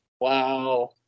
Wow